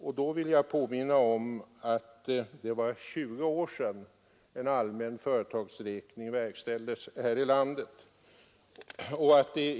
Jag vill påminna om att det är hela 20 år sedan en allmän företagsräkning verkställdes här i landet.